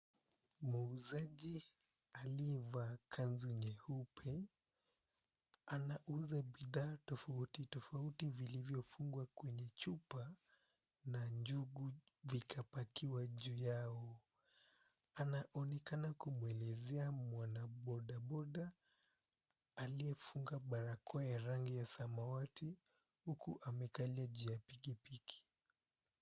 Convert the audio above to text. Muuzaji aliyevaa kanzu nyeupe anauza bidhaa tofauti tofauti vilivyofungwa kwenye chupa na njugu vikapakiwa juu yao. Anaonekana kumwelezea mwanabodaboda aliyefunga barakoa ya rangi ya samawati huku amekalia juu ya pikipiki.